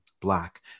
black